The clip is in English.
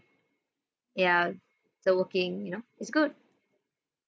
ya so working you know it's good